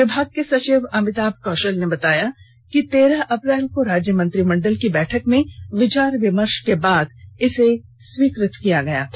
विभाग के सचिव अमिताभ कौषल ने बताया कि तेरह अप्रैल को राज्य मंत्रिमंडल की बैठक में विचार विमर्ष के बाद इसे स्वीकृत किया गया था